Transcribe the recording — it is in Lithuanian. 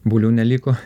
bulių neliko